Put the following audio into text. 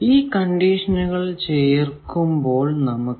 ഈ കണ്ടീഷനുകൾ ചേർക്കുമ്പോൾ നമുക്ക്